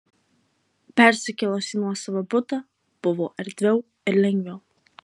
persikėlus į nuosavą butą buvo erdviau ir lengviau